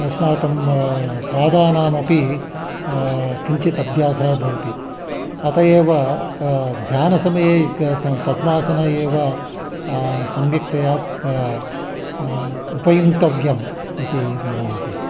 अस्माकं पादानामपि किञ्चित् अभ्यासः भवति अत एव कः ध्यानसमये एकः सः पद्मासनम् एव सम्यक्तया कः उपयुङ्क्तव्यः इति मम मतिः